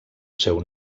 seu